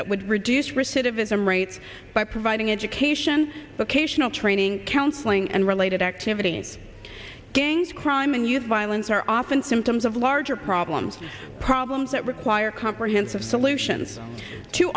that would reduce recidivism rates by providing education k tional training counseling and related activities gang crime and youth violence are often symptoms of larger problems problems that require comprehensive solutions too